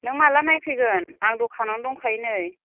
नों माब्ला नायफैगोन आं दखानावनो दंखायो नै